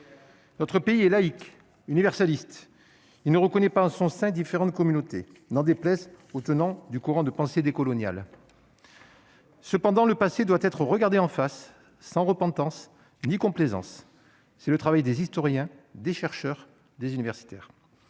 Notre pays est laïc universaliste, il ne reconnaît pas en son sein différentes communautés, n'en déplaise aux tenants du courant de pensée des coloniale. Cependant, le passé doit être regardée en face sans repentance ni complaisance, c'est le travail des historiens, des chercheurs, des universitaires